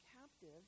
captive